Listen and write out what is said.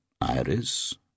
Iris